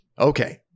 Okay